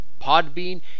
Podbean